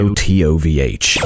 tovh